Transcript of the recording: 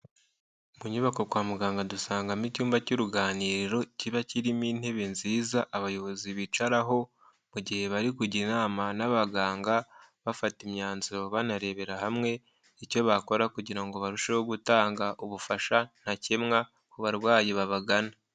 Mu nyubako kwa muganga dusangamo icyumba cy'uruganiriro, kiba kirimo intebe nziza abayobozi bicaraho, mu gihe bari kujya inama n'abaganga, bafata imyanzuro banarebera hamwe, icyo bakora kugira ngo barusheho gutanga ubufasha ntakemwa ku barwayi babagana.